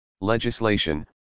Legislation